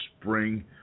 Spring